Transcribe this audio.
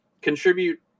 contribute